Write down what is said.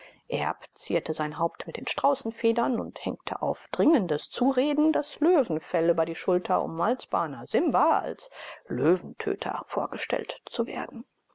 erb zierte sein haupt mit den straußenfedern und hängte auf dringendes zureden das löwenfell über die schulter um als bana simba als löwentöter vorgestellt zu werden